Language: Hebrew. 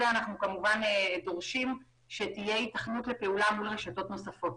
אנחנו דורשים שתהיה היתכנות פעולה מול רשתות נוספות.